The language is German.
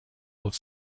auf